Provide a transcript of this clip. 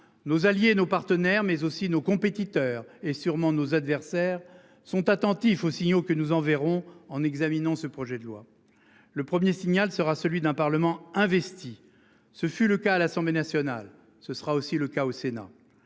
nos alliés et nos partenaires mais aussi nos compétiteurs et sûrement nos adversaires sont attentifs aux signaux que nous enverrons en examinant ce projet de loi le 1er signal sera celui d'un Parlement investi ce fut le cas à l'Assemblée nationale, ce sera aussi le cas au Sénat.